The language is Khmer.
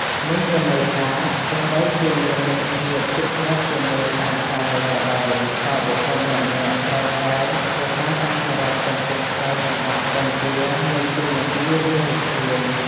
នេះមានន័យថា ទោះបីជាមានមិត្តភាពជិតស្និទ្ធជាមួយសហការីក៏ដោយ ក៏បុគ្គលម្នាក់ៗត្រូវតែរក្សាការគោរពចំពោះខ្សែសង្វាក់បញ្ជា និងតួនាទីរៀងៗខ្លួន។